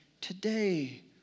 today